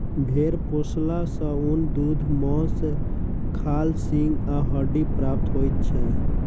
भेंड़ पोसला सॅ ऊन, दूध, मौंस, खाल, सींग आ हड्डी प्राप्त होइत छै